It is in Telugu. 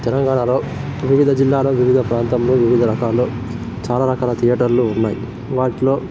తెలంగాణాలో వివిధ జిల్లాలో వివిధ ప్రాంతంలో వివిధ రకాలలో చాలా రకాల థియేటర్లు ఉన్నాయి వాటిలో